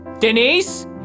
Denise